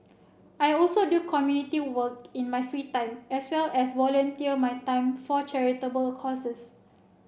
I also do community work in my free time as well as volunteer my time for charitable causes